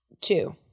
Two